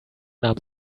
nahm